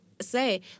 say